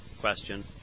question